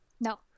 No